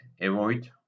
avoid